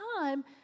time